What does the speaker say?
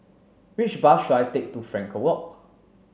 which bus should I take to Frankel Walk